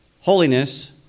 Holiness